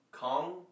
Kong